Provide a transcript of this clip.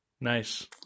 nice